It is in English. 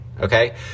okay